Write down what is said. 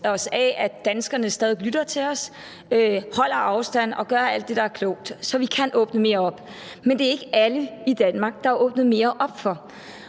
at danskerne stadig væk lytter til os, holder afstand og gør alt det, der er klogt, så vi kan åbne mere op. Men det er ikke alle i Danmark, der er åbnet mere op for,